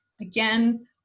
Again